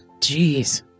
Jeez